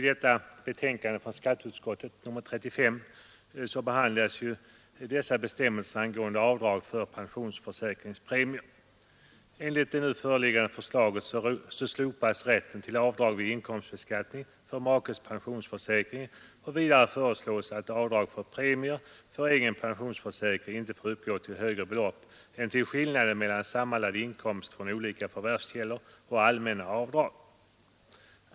Fru talman! I skatteutskottets betänkande nr 35 behandlas bestämmelserna om avdrag för pensionsförsäkringspremier. Enligt det nu föreliggande förslaget slopas rätten till avdrag vid inkomstbeskattning för makes pensionsförsäkring. Vidare föreslås att avdrag för premier för egen pensionsförsäkring inte skall beviljas för högre belopp än skillnaden mellan sammanlagd inkomst från olika förvärvskällor och allmänna avdrag.